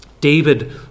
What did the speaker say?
David